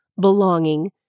belonging